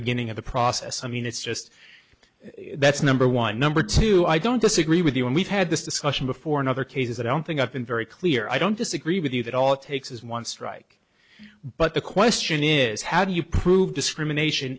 beginning of the process i mean it's just that's number one number two i don't disagree with you and we've had this discussion before in other cases i don't think i've been very clear i don't disagree with you that all it takes is one strike but the question is how do you prove discrimination